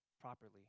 properly